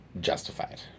justified